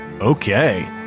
Okay